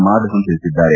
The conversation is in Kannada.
ಮಾಧವನ್ ತಿಳಿಸಿದ್ದಾರೆ